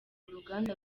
uruganda